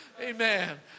Amen